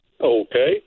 Okay